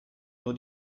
nur